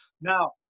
Now